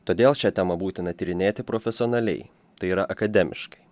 todėl šią temą būtina tyrinėti profesionaliai tai yra akademiškai